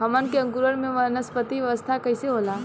हमन के अंकुरण में वानस्पतिक अवस्था कइसे होला?